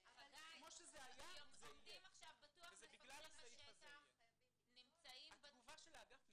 עומדים עכשיו מפקחים בשטח --- התגובה של האגף נפגעת.